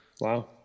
Wow